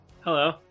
Hello